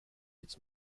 its